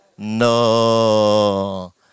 No